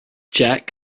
jack